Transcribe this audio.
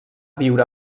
viure